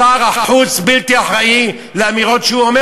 שר החוץ לא אחראי לאמירות שהוא אומר